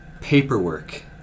paperwork